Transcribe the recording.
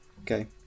Okay